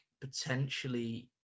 potentially